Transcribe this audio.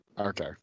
Okay